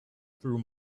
through